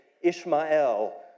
Ishmael